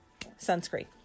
sunscreen